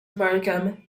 markham